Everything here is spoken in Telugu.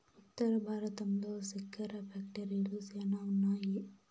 ఉత్తర భారతంలో సెక్కెర ఫ్యాక్టరీలు శ్యానా ఉన్నాయి